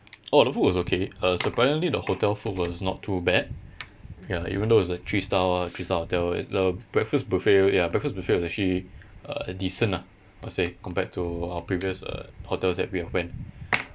oh the food was okay uh surprisingly the hotel food was not too bad ya even though it's a three star three star hotel it uh the breakfast buffet ya breakfast buffet was actually uh decent lah I would say compared to our previous uh hotels that we have went